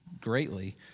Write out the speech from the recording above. greatly